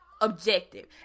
objective